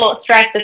stress